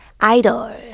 Idol